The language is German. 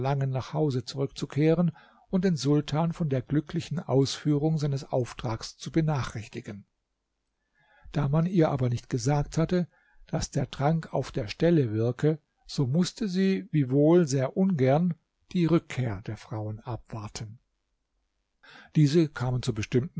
nach hause zurückzukehren und den sultan von der glücklichen ausführung seines auftrags zu benachrichtigen da man ihr aber nicht gesagt hatte daß der trank auf der stelle wirke so mußte sie wiewohl sehr ungern die rückkehr der frauen abwarten diese kamen zur bestimmten